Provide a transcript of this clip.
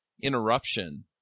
interruption